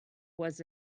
was